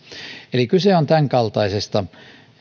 eli kyse on tämänkaltaisesta